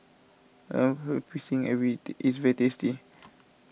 Lemper Pisang every is very tasty